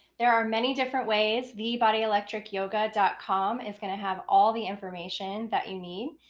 there are many different ways. thebodyelectricyoga dot com is going to have all the information that you need.